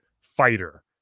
fighter